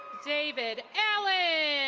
david allen.